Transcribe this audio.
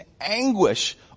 anguish